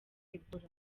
ebola